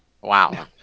Wow